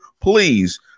Please